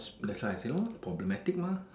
that's life you know problematic mah